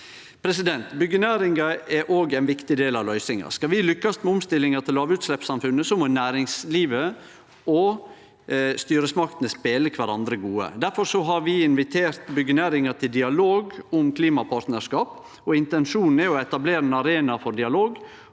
Byggjenæringa er også ein viktig del av løysinga. Skal vi lukkast med omstillinga til lågutsleppssamfunnet, må næringslivet og styresmaktene spele kvarandre gode. Difor har vi invitert byggjenæringa til dialog om klimapartnarskap. Intensjonen er å etablere ein arena for dialog